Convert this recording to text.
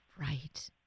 Right